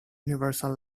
universal